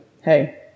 hey